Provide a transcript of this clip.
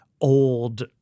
old